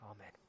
Amen